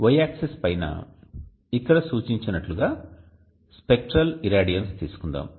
Y axis పైన ఇక్కడ సూచించినట్లుగా స్పెక్ట్రల్ ఇరాడియన్స్ తీసుకుందాం